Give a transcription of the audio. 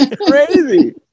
Crazy